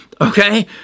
Okay